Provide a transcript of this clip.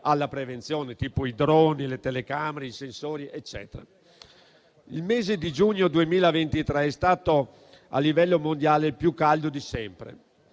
alla prevenzione, tipo i droni, le telecamere e i sensori. Il mese di giugno 2023 è stato a livello mondiale il più caldo di sempre.